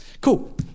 Cool